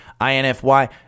INFY